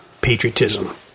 patriotism